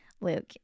Luke